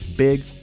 Big